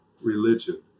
religion